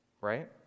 Right